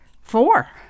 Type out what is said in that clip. Four